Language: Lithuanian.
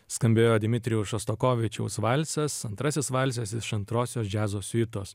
skambėjo dmitrijaus šostakovičiaus valsas antrasis valsas iš antrosios džiazo siuitos